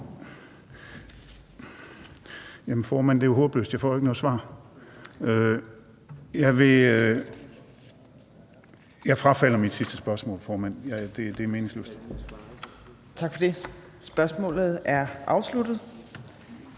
Jamen formand, det er håbløst; jeg får jo ikke noget svar. Jeg frafalder mit sidste spørgsmål, formand. Det er meningsløst. Kl. 15:11 Tredje næstformand